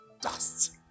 Dust